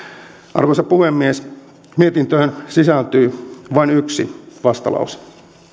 arvoisa puhemies mietintöön sisältyy vain yksi vastalause